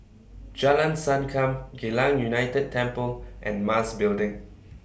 Jalan Sankam Geylang United Temple and Mas Building